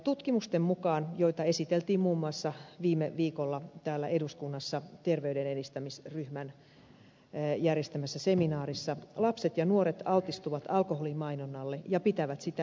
tutkimusten mukaan joita esiteltiin muun muassa viime viikolla täällä eduskunnassa terveyden edistämisryhmän järjestämässä seminaarissa lapset ja nuoret altistuvat alkoholin mainonnalle ja pitävät sitä viihdyttävänä